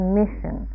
mission